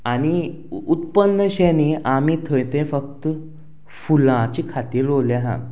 आनी उत्पन्न शें न्ही आमी थंय तें फक्त फुलांच्या खातीर रोवलें आसा